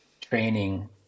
training